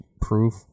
proof